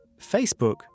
Facebook